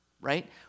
right